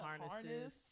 harnesses